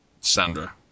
Sandra